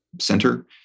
center